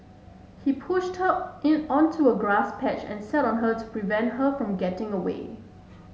he pushed her in onto a grass patch and sat on her to prevent her from getting away